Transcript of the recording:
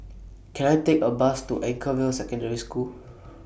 Can I Take A Bus to Anchorvale Secondary School